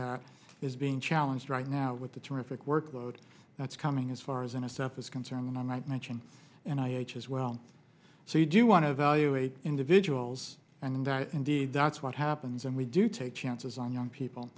that is being challenged right now with the terrific workload that's coming as far as in a step is concerned i might mention and i h as well so you do want to evaluate individuals and indeed that's what happens and we do take chances on young people